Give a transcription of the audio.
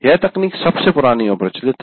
यह तकनीक सबसे पुरानी और प्रचलित है